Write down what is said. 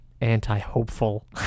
anti-hopeful